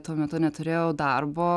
tuo metu neturėjau darbo